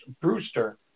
Brewster